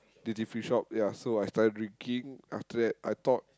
duty free shop ya so I started drinking after that I thought